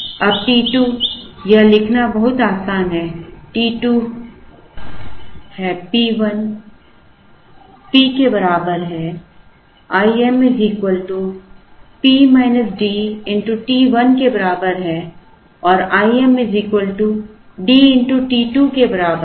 अब t 2 यह लिखना बहुत आसान है t 2 है P1 P के बराबर है Im t 1 के बराबर है और Im D t 2 के बराबर है